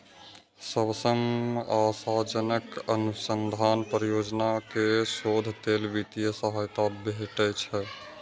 सबसं आशाजनक अनुसंधान परियोजना कें शोध लेल वित्तीय सहायता भेटै छै